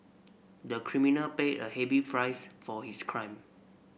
the criminal paid a heavy fries for his crime